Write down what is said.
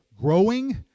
growing